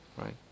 Right